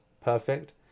Perfect